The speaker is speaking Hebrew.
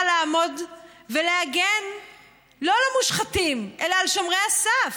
לעמוד ולהגן לא על המושחתים אלא על שומרי הסף.